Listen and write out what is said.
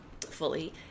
fully